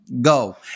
go